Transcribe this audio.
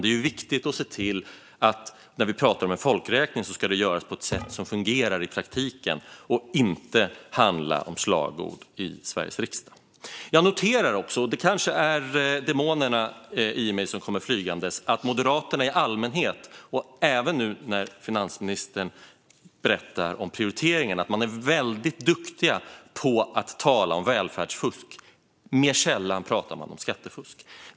Det är viktigt att se till att en folkräkning görs på ett sätt som fungerar i praktiken och att den inte handlar om slagord i Sveriges riksdag. Det kanske är demonerna i mig som kommer flygande, men jag noterar att Moderaterna i allmänhet och även nu när finansministern berättar om prioriteringen är väldigt duktiga på att tala om välfärdsfusk. Mer sällan pratar man om skattefusk.